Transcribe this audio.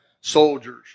soldiers